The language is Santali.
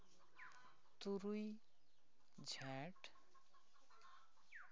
ᱛᱩᱨᱩᱭ ᱡᱷᱮᱸᱴ